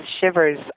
shivers